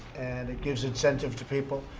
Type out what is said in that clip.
and it gives incentive to people.